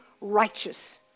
righteous